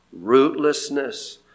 rootlessness